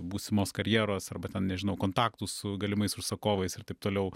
būsimos karjeros arba nežinau kontaktų su galimais užsakovais ir taip toliau